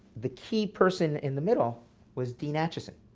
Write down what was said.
the key person in the middle was dean acheson,